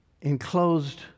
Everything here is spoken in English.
enclosed